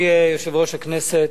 אדוני יושב-ראש הכנסת,